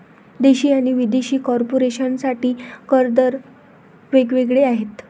देशी आणि विदेशी कॉर्पोरेशन साठी कर दर वेग वेगळे आहेत